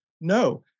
No